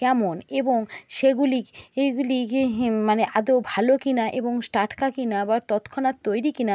কেমন এবং সেগুলি এইগুলি ইয়ে মানে আদৌ ভালো কি না এবং টাটকা কি না বা তৎক্ষণাৎ তৈরি কি না